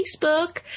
Facebook